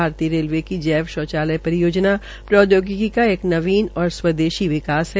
भारतीय रेलवे की जैव शौचालय परियोजना प्रौदयोगिकी का एक नवनी और स्वदेशी विासक है